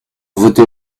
votez